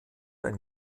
ein